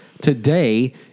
Today